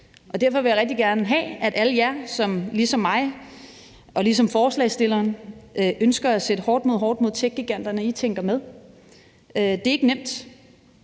Derfor vil jeg rigtig gerne have, at alle jer, som ligesom mig og ligesom forslagsstillerne ønsker at sætte hårdt mod hårdt mod techgiganterne, tænker med. Det er ikke nemt,